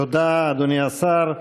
תודה, אדוני השר.